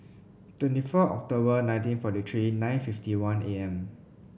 twenty four October nineteen forty three nine fifty one A M